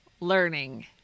learning